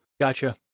Gotcha